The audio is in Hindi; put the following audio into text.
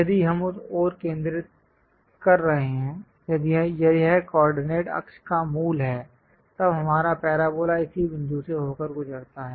यदि हम उस ओर केंद्रित कर रहे हैं यदि यह कोऑर्डिनेट अक्ष का मूल है तब हमारा पैराबोला इसी बिंदु से होकर गुजरता है